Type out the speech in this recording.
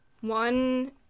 One